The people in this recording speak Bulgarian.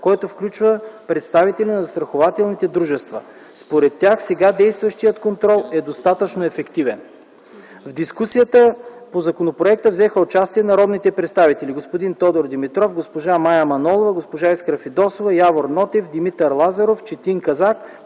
който включва представители на застрахователните дружества. Според тях сега действащият контрол е достатъчно ефективен. Във дискусията по законопроекта взеха участие народните представители господин Тодор Димитров, госпожа Мая Манолова, госпожа Искра Фидосова, господин Явор Нотев, господин Димитър Лазаров, господин Четин Казак,